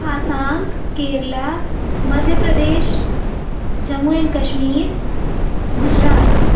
Assam Kerala Madhya Pradesh Jammu and Kashmir Gujarat